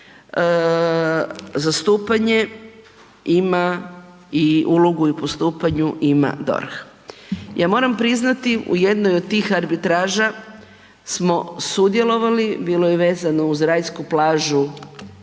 zastupanje ima i ulogu i u postupanju ima DORH. Ja moram priznati u jednoj od tih arbitraža smo sudjelovali, bilo je vezano uz rajsku plažu